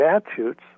statutes